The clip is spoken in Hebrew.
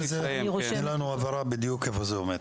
-- תתייחסי לזה ותתני לנו הבהרה בדיוק איפה זה עומד.